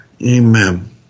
Amen